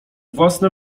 własne